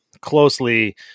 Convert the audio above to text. closely